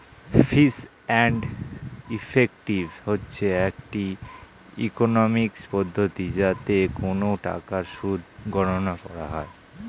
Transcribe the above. fees and effective হচ্ছে একটি economics পদ্ধতি যাতে কোন টাকার সুদ গণনা করা হয়